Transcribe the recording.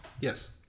Yes